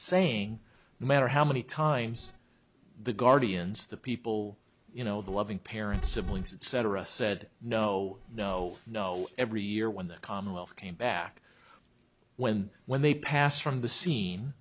saying no matter how many times the guardians the people you know the loving parents siblings and cetera said no no no every year when the commonwealth came back when when they passed from the scene